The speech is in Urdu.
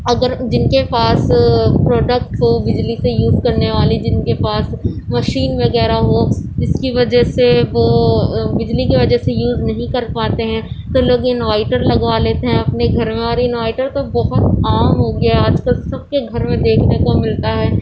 اگر جن کے پاس پروڈکٹ بجلی سے یوز کرنے والی جن کے پاس مشین وغیرہ ہو جس کی وجہ سے وہ بجلی کی وجہ سے یوز نہیں کر پاتے ہیں تو لوگ انوائٹر لگوا لیتے ہیں اپنے گھر میں اور انوائٹر تو بہت عام ہو گیا ہے آج کل سب کے گھر میں دیکھنے کو ملتا ہے